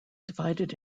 divided